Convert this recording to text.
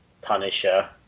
Punisher